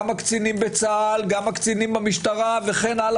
גם הקצינים בצה"ל ובמשטרה וכו',